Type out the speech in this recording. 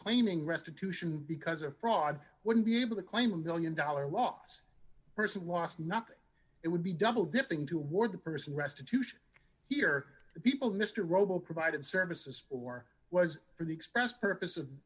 claiming restitution because of fraud wouldn't be able to claim a one million dollars loss person lost nothing it would be double dipping toward the person restitution here the people mr robo provided services or was for the express purpose of